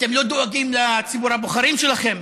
אתם לא דואגים לציבור הבוחרים שלכם.